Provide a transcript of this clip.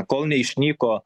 kol neišnyko